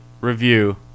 review